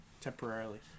temporarily